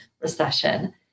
recession